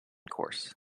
course